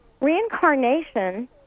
reincarnation